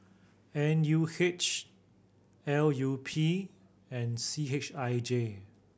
N U H L U P and C H I J